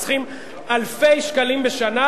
חוסכים אלפי שקלים בשנה,